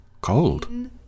Cold